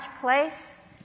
place